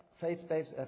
faith-based